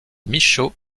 michaud